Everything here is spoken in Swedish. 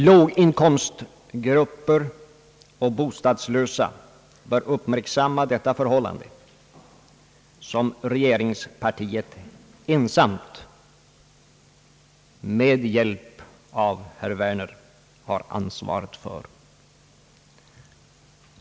— Låginkomstgrupper och bostadslösa bör uppmärksamma detta förhållande, vilket regeringspartiet ensamt med hjälp av herr Werners parti har ansvaret för. '